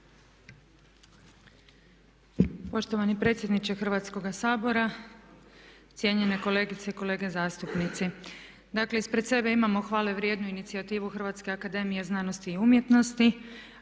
Poštovani predsjedniče Hrvatskoga sabora, cijenjene kolegice i kolege zastupnici. Dakle ispred sebe imamo hvale vrijednu inicijativu Hrvatske akademije znanosti i umjetnosti